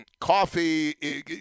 Coffee